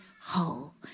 whole